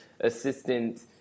assistant